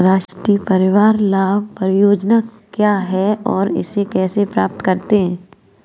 राष्ट्रीय परिवार लाभ परियोजना क्या है और इसे कैसे प्राप्त करते हैं?